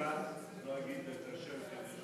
אני מכיר מקלט, לא אגיד את השם כדי,